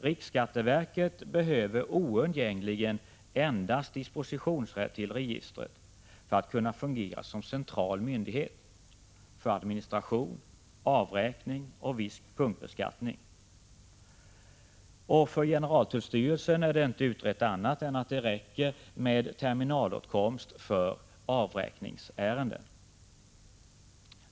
Riksskatteverket behöver oundgängligen endast dispositionsrätt till registret för att kunna fungera som central myndighet för administration, avräkning och viss punktbeskattning, och för generaltullstyrelsen är det inte visat annat än att det räcker med terminalåtkomst för avräkningsärenden.